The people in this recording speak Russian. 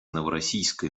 новороссийска